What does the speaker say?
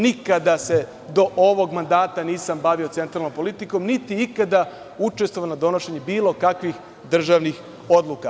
Nikada se do ovog mandata nisam bavio centralnom politikom, niti ikada učestvavao u donošenju bilo kakvih državnih odluka.